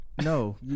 No